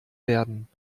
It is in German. werden